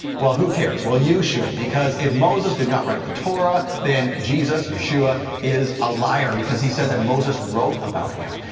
well, who cares? well, you should because if moses did not write the torah, then jesus, yeshua is a liar because he said that moses wrote about him.